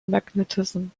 magnetism